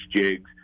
jigs